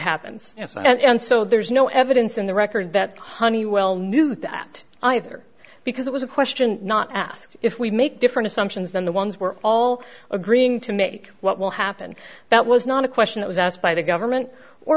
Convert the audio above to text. happens and so there's no evidence in the record that honeywell knew that either because it was a question not asked if we make different assumptions than the ones we're all agreeing to make what will happen that was not a question that was asked by the government or